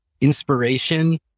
inspiration